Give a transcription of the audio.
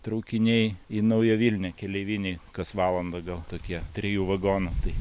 traukiniai į naują vilnią keleiviniai kas valandą gal tokie trijų vagonų tai